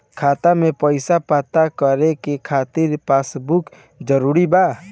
खाता में पईसा पता करे के खातिर पासबुक जरूरी बा?